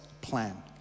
plan